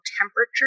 temperature